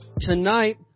tonight